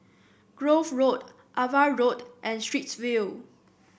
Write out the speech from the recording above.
Grove Road Ava Road and Straits View